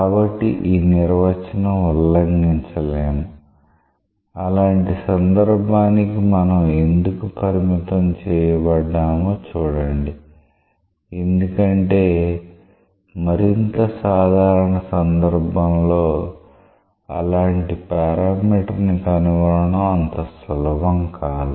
కాబట్టి ఈ నిర్వచనం ఉల్లంఘించలేము అలాంటి సందర్భానికి మనం ఎందుకు పరిమితం చేయబడ్డామో చూడండి ఎందుకంటే మరింత సాధారణ సందర్భంలో అలాంటి పారామీటర్ ని కనుగొనడం అంత సులభం కాదు